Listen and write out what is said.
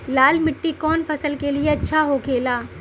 लाल मिट्टी कौन फसल के लिए अच्छा होखे ला?